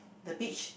the beach